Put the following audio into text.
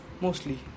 Mostly